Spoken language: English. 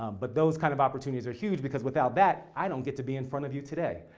um but those kind of opportunities are huge. because without that, i don't get to be in front of you today.